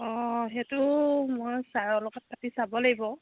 অঁ সেইটো মই ছাৰৰ লগত পাতি চাব লাগিব